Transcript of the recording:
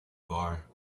bar